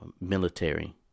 military